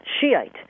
Shiite